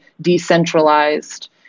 decentralized